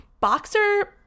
boxer